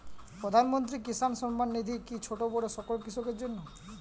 প্রধানমন্ত্রী কিষান সম্মান নিধি কি ছোটো বড়ো সকল কৃষকের জন্য?